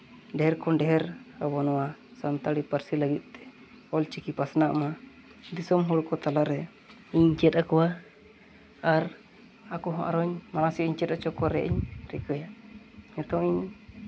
ᱰᱷᱮᱨ ᱰᱷᱮᱨ ᱟᱵᱚ ᱱᱚᱣᱟ ᱥᱟᱱᱛᱟᱲᱤ ᱯᱟᱹᱨᱥᱤ ᱞᱟᱹᱜᱤᱫ ᱛᱮ ᱚᱞ ᱪᱤᱠᱤ ᱯᱟᱥᱱᱟᱜ ᱢᱟ ᱫᱤᱥᱚᱢ ᱦᱚᱲᱠᱚ ᱛᱟᱞᱟᱨᱮ ᱤᱧ ᱪᱮᱫ ᱟᱠᱚᱣᱟ ᱟᱨ ᱟᱠᱚ ᱦᱚᱸ ᱟᱨᱚᱧ ᱢᱟᱲᱟᱝ ᱥᱮᱫ ᱤᱧ ᱪᱮᱫ ᱦᱚᱪᱚ ᱠᱚᱨᱮᱭᱟᱜ ᱤᱧ ᱨᱤᱠᱟᱹᱭᱟ ᱱᱤᱛᱚᱝ ᱤᱧ